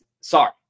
Sorry